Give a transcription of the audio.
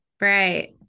Right